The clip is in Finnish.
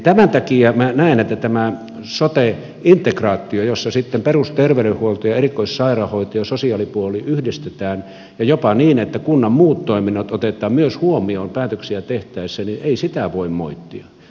tämän takia minä näen että tätä sote integraatiota jossa sitten perusterveydenhuolto ja erikoissairaanhoito ja sosiaalipuoli yhdistetään ja jopa niin että kunnan muut toiminnot otetaan myös huomioon päätöksiä tehtäessä ei voi moittia